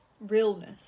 realness